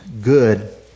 good